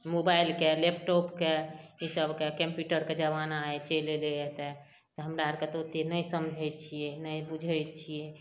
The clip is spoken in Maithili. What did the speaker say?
मोबाइलके लैपटॉपके ईसबके कम्प्यूटरके जमाना आइ चलि अएलैए तेँ तऽ हमरा आओरके ओतेक नहि समझै छिए नहि बुझै छिए